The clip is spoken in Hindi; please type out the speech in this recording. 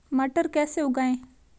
मटर कैसे उगाएं?